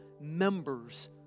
members